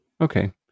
okay